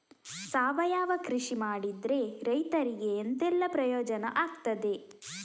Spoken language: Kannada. ಸಾವಯವ ಕೃಷಿ ಮಾಡಿದ್ರೆ ರೈತರಿಗೆ ಎಂತೆಲ್ಲ ಪ್ರಯೋಜನ ಆಗ್ತದೆ?